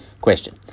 question